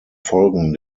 folgen